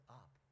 up